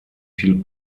viel